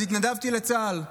אז התנדבתי לצה"ל,